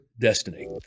destiny